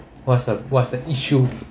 what's the what's the issue